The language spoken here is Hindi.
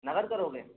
नग़द करोगे